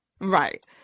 right